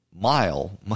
mile